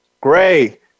Great